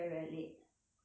that's the 好处